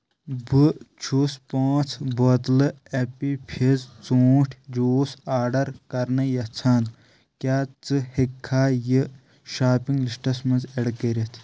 بہٕ چھُس پانٛژھ بوتلہٕ ایٚپِی فِز ژوٗنٛٹھۍ جوٗس آرڈر کرٕنۍ یژھان کیٛاہ ژٕ ہٮ۪ککھا یہِ شاپنگ لسٹَس منٛز ایڈ کٔرِتھ